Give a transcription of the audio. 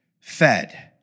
fed